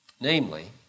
Namely